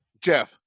Jeff